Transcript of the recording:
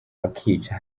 bakica